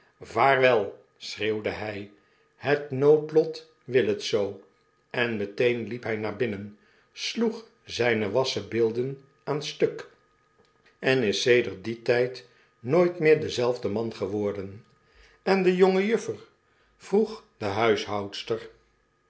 i schreeuwde hij het noodlot wil het zoo i en meteen liep hy naar binnen sloeg zyne wassenbeelden aan stuk en is sedert dien tyd nooit weer dezelfde man geworden en de jongejuffer p vroeg de